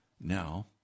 now